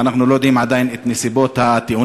ואנחנו לא יודעים עדיין את נסיבות התאונה,